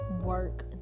work